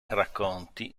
racconti